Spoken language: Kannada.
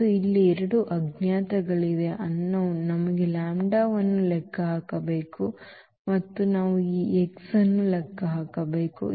ಮತ್ತು ಇಲ್ಲಿ ಎರಡು ಅಜ್ಞಾತಗಳಿವೆ ನಮಗೆ ಲ್ಯಾಂಬ್ಡಾವನ್ನು ಲೆಕ್ಕಹಾಕಬೇಕು ಮತ್ತು ನಾವು x ಅನ್ನು ಲೆಕ್ಕ ಹಾಕಬೇಕು